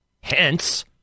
Hence